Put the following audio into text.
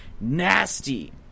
nasty